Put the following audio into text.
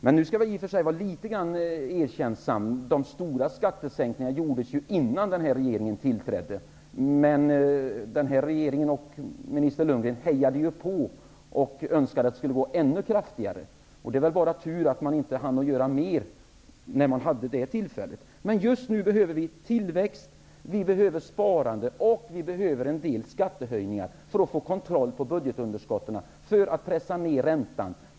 Låt mig ändå vara litet erkännsam -- de stora skattesänkningarna gjordes innan den nuvarande regeringen tillträdde. Men denna regering och statsrådet Lundgren hejade på och önskade att man skulle gå ännu hårdare fram. Det var väl bara tur att man inte hann göra mer när man hade tillfälle till det. Just nu behöver vi tillväxt, sparande och en del skattehöjningar för att få kontroll på budgetunderskotten och för att pressa ned räntan.